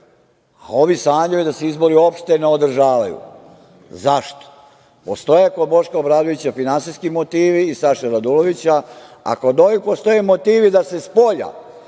a ovi sanjaju da se izbori uopšte ne održavaju. Zašto? Postoje kod Boška Obradovića finansijski motivi i Saše Radulovića, a kod ovih postoje motivi da se spolja